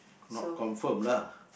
not confirm lah